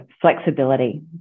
flexibility